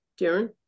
Darren